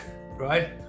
right